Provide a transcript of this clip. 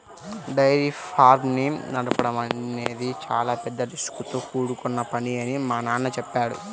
dairy farms ని నడపడం అనేది చాలా పెద్ద రిస్కుతో కూడుకొన్న పని అని మా నాన్న చెప్పాడు